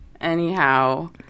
Anyhow